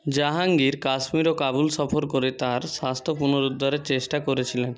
জাহাঙ্গীর কাশ্মীর ও কাবুল সফর করে তাঁর স্বাস্থ্য পুনরুদ্ধারের চেষ্টা করছিলেন